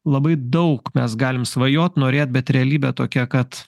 labai daug mes galim svajot norėt bet realybė tokia kad